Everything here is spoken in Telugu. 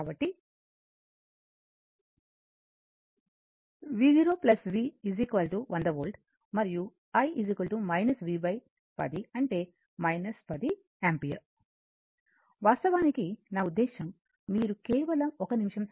కాబట్టి v0 v 100 వోల్ట్ మరియు i v 10 అంటే 10 యాంపియర్ వాస్తవానికి నా ఉద్దేశ్యం మీరు కేవలం 1 నిమిషం